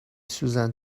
سوزن